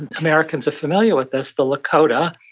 and americans are familiar with this, the lakota,